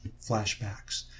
flashbacks